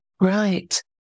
Right